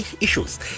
issues